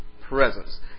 presence